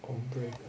ombre